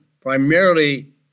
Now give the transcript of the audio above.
primarily